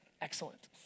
Excellent